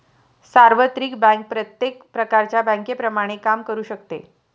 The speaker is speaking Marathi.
सार्वत्रिक बँक प्रत्येक प्रकारच्या बँकेप्रमाणे काम करू शकते